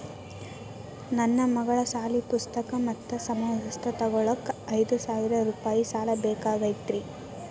ನನ್ನ ಮಗಳ ಸಾಲಿ ಪುಸ್ತಕ್ ಮತ್ತ ಸಮವಸ್ತ್ರ ತೊಗೋಳಾಕ್ ಐದು ಸಾವಿರ ರೂಪಾಯಿ ಸಾಲ ಬೇಕಾಗೈತ್ರಿ